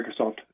Microsoft